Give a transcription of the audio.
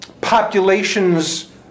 populations